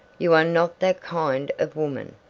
you are not that kind of woman.